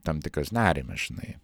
tam tikras nerimas žinai